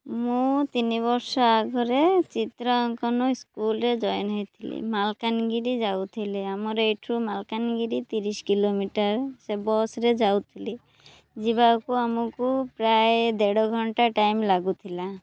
ମୁଁ ତିନି ବର୍ଷ ଆଗରେ ଚିତ୍ରାଙ୍କନ ସ୍କୁଲରେ ଜଏନ୍ ହେଇଥିଲି ମାଲକାନଗିରି ଯାଉଥିଲି ଆମର ଏଇଠୁ ମାଲକାନଗିରି ତିରିଶ କିଲୋମିଟର ସେ ବସ୍ରେ ଯାଉଥିଲି ଯିବାକୁ ଆମକୁ ପ୍ରାୟ ଦେଢ଼ ଘଣ୍ଟା ଟାଇମ୍ ଲାଗୁଥିଲା